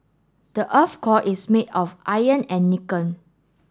the earth's core is made of iron and nickel